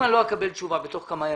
אם אני לא אקבל תשובה בתוך כמה ימים,